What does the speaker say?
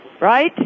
Right